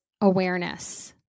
awareness